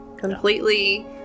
completely